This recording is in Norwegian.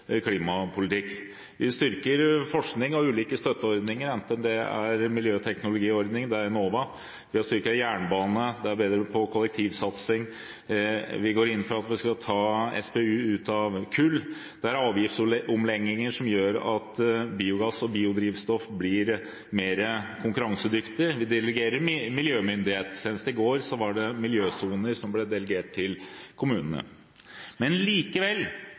klimapolitikk. Vi styrker forskning og ulike støtteordninger, enten det er miljøteknologiordninger, det er Enova, det er ved å styrke jernbane, eller det er ved bedre kollektivsatsing – og vi går inn for at man skal ta Statens pensjonsfond utland ut av kull. Det er avgiftsomlegginger som gjør at biogass og biodrivstoff blir mer konkurransedyktig, og man delegerer miljømyndighet. Senest i går ble saker om miljøsoner delegert til kommunene. Likevel: